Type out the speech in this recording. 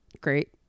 Great